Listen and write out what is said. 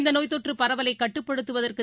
இந்தநோய்த் தொற்றுப் பரவலைகட்டுப்படுத்துவதற்கு